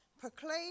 proclaim